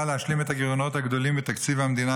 להשלים את הגירעונות הגדולים בתקציב המדינה,